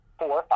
four